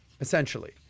essentially